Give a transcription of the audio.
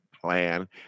plan